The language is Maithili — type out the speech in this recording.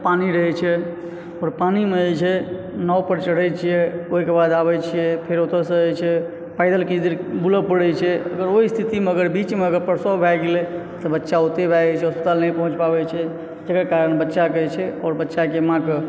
तऽ पानि रहै छै आओर पानि मे जे छै नाव पर चढ़े छियै ओहि के बाद आबै छियै फेर ओतय से जेइ छै पैदल किछु दूर बुलय पड़ैए छै आओर ओऽ स्थिति मे अगर बीच मे अगर प्रसव भय गेलै तऽ बच्चा ओतए भऽ जाइ छै अस्पताल नहि पहुँच पाबै छै तेकर कारण बच्चा के जे छै आओर बच्चाके माँके